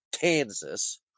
Kansas